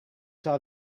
saw